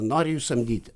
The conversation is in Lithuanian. nori jus samdyti